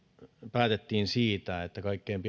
päätettiin siitä että kaikkein